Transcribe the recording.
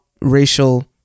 racial